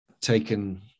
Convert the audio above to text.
taken